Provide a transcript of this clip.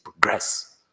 progress